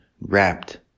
wrapped